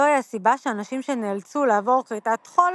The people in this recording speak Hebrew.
זוהי הסיבה שאנשים שנאלצו לעבור כריתת טחול